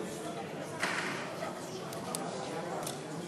48. אני רוצה לציין: נגד הצעת החוק של חבר הכנסת יעקב פרי,